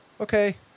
Okay